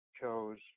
chose